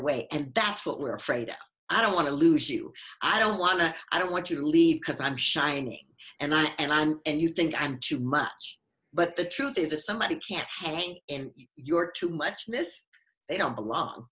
away and that's what we're afraid i don't want to lose you i don't want to i don't want you to leave because i'm shining and i and i and you think i'm too much but the truth is that somebody can't hang in your too much miss they don't belong